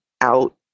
out